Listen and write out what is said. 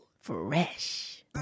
Fresh